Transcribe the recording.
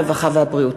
הרווחה והבריאות.